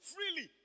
Freely